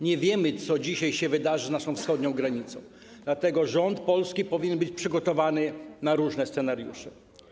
Nie wiemy, co dzisiaj się wydarzy za naszą wschodnią granicą, dlatego polski rząd powinien być przygotowany na różne scenariusze.